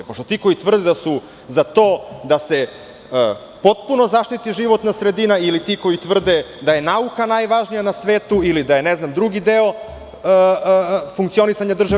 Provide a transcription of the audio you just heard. Pošto ti koji tvrde da su za to da se potpuno zaštiti životna sredina ili ti koji tvrde da je nauka najvažnija na svetu, ili ne znam drugi deo funkcionisanja države.